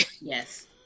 Yes